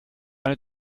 eine